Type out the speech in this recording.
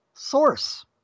Source